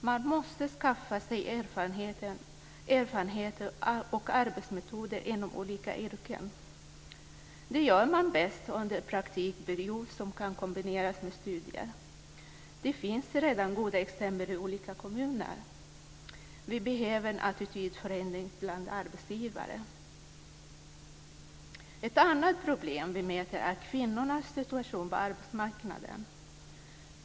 Man måste skaffa sig erfarenhet och arbetsmetoder inom olika yrken. Det gör man bäst under en praktikperiod som kan kombineras med studier. Det finns redan goda exempel i olika kommuner. Vi behöver en attitydförändring bland arbetsgivare. Ett annat problem vi möter är kvinnornas situation på arbetsmarknaden.